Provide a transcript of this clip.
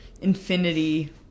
infinity